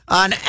on